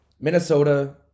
Minnesota